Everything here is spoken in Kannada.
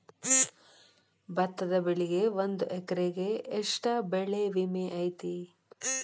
ಭತ್ತದ ಬೆಳಿಗೆ ಒಂದು ಎಕರೆಗೆ ಎಷ್ಟ ಬೆಳೆ ವಿಮೆ ಐತಿ?